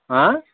हँ